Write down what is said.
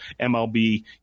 MLB